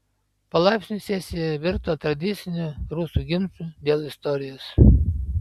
palaipsniui sesija virto tradiciniu rusų ginču dėl istorijos